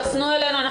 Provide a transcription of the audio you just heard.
תפנו אלינו את המקרים,